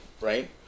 Right